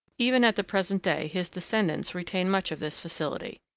even at the present day his descendants retain much of this facility.